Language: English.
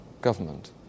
government